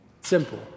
Simple